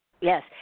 yes